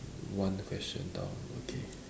one question down okay